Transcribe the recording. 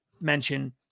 mention